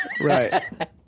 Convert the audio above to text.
Right